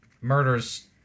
murders